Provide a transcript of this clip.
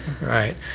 right